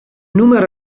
numero